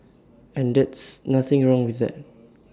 and that's nothing wrong with that